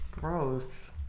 gross